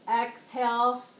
Exhale